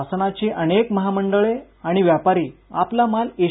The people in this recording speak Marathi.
शासनाची अनेक महामंडळे आणि व्यापारी आपला माल एस